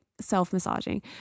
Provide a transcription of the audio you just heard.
self-massaging